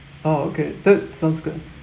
oh okay that sounds good